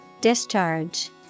Discharge